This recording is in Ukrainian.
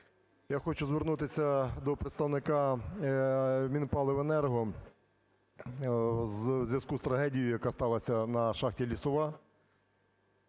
Я хочу звернутися до представника Мінпаливенерго у зв'язку з трагедією, яка сталася на шахті "Лісова".